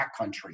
Backcountry